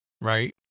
right